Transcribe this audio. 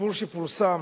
הסיפור שפורסם